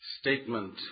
statement